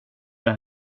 det